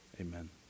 Amen